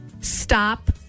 Stop